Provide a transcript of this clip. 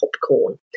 popcorn